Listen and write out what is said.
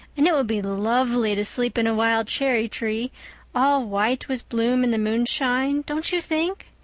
and it would be lovely to sleep in a wild cherry-tree all white with bloom in the moonshine, don't you think?